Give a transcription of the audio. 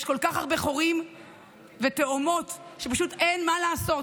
יש כל כך הרבה חורים ותהומות, שפשוט אין מה לעשות.